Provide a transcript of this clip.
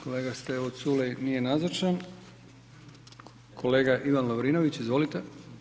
Kolega Stevo Culej nije nazočan, kolega Ivan Lovrinović, izvolite.